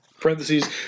parentheses